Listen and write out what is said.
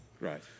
Right